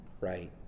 right